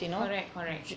correct correct